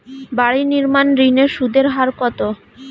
বাড়ি নির্মাণ ঋণের সুদের হার কত?